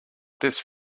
this